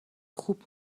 خوب